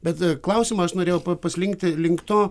bet klausimą aš norėjau paslinkti link to